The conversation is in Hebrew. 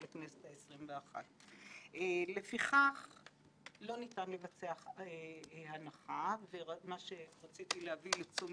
רציתי להביא לתשומת לב חברי הוועדה בעיקר שבהתחשב בכך שהסעיף